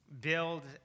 build